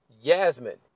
Yasmin